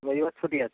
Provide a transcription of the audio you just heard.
রবিবার ছুটি আছে